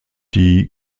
die